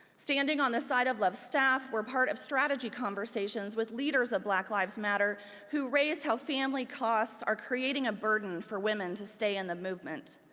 standing on the side of life staff were part of strategy conversations with leader of black lives matter who raised how family costs are creating a burden for women to stay in the movement.